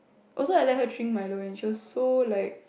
also I let her drink Milo and she was so like